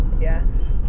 Yes